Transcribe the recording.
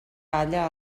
balla